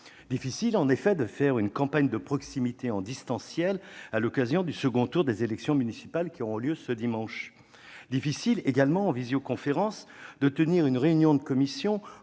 Difficile, en effet, de faire une campagne de proximité en distanciel à l'occasion du second tour des élections municipales, qui aura lieu ce dimanche. Difficile également de mener une réunion de commission